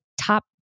top